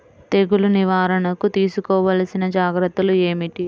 తెగులు నివారణకు తీసుకోవలసిన జాగ్రత్తలు ఏమిటీ?